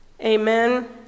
Amen